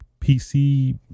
pc